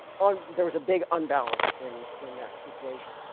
on there was a big unbalance in in that equation